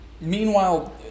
Meanwhile